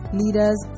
leaders